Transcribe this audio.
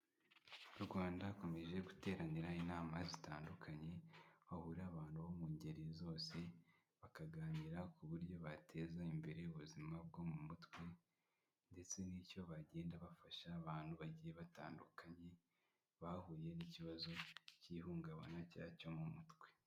Mu Rwanda hakomeje guteranira inama zitandukanye, hahurira abantu bo mu ngeri zose, bakaganira ku buryo bateza imbere ubuzima bwo mu mutwe ndetse n'icyo bagenda bafasha abantu bagiye batandukanye bahuye n'ikibazo cy'ihungabana cyangwa cyo mu mutwe.